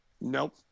Nope